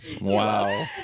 wow